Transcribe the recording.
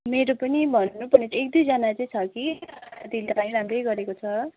मेरो पनि भन्नु पर्ने त एक दुईजना चै छ कि तिनीहरूले नि राम्रै गरेको छ